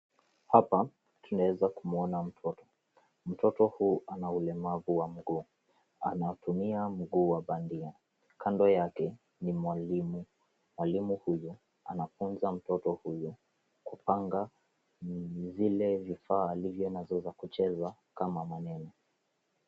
Hapa tunaweza kumwona mtoto. Mtoto huu ana ulemavu wa mgongo. Anatumia mguu wa bandia. Kando yake ni mwalimu. Mwalimu huyu anafunza mtoto huyo kupanga vile vifaa alivyonavyo vya kucheza kama maneno.